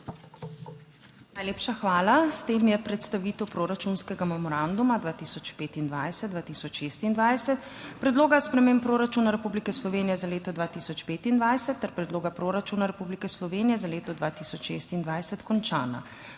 Najlepša hvala. S tem je predstavitev proračunskega memoranduma 2025-2026, Predloga sprememb proračuna Republike Slovenije za leto 2025 ter Predloga proračuna Republike Slovenije za leto 2026 končana.